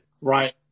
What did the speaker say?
right